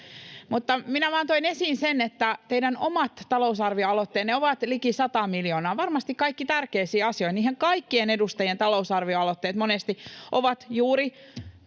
Minä vain toin esiin, että teidän omat talousarvioaloitteenne ovat liki sata miljoonaa, varmasti kaikki tärkeisiin asioihin. Niinhän kaikkien edustajien talousarvioaloitteet monesti ovat juuri